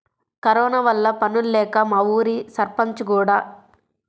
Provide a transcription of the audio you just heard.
corona వల్ల పనుల్లేక మా ఊరి సర్పంచ్ కూడా రోజూ ఉపాధి హామీ పనికి బోతన్నాడు